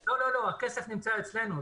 לא, לא, לא, הכסף נמצא אצלנו.